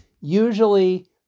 Usually